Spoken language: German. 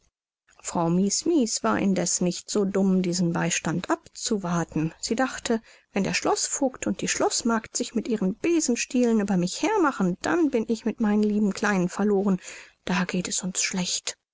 frau mies mies war indeß nicht so dumm diesen beistand abzuwarten sie dachte wenn der schloßvoigt und die schloßmagd sich mit ihren besenstielen über mich hermachen dann bin ich mit meinen lieben kleinen verloren da geht es uns schlecht